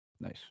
Nice